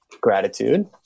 gratitude